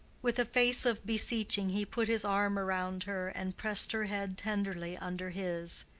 with a face of beseeching he put his arm around her and pressed her head tenderly under his.